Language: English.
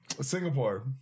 Singapore